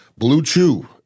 BlueChew